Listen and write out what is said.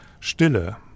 Stille